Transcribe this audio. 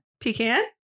pecan